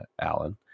Alan